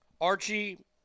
Archie